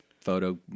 photo